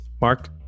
Mark